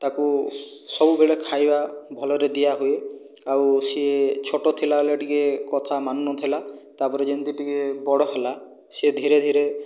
ତାକୁ ସବୁବେଳେ ଖାଇବା ଭଲରେ ଦିଆହୁଏ ଆଉ ସିଏ ଛୋଟ ଥିଲା ବେଲେ ଟିକେ କଥା ମାନୁନଥିଲା ତାପରେ ଯେମିତି ଟିକେ ବଡ଼ ହେଲା ସେ ଧୀରେ ଧୀରେ